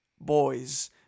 boys